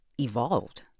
evolved